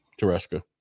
Tereska